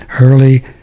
early